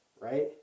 right